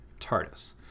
TARDIS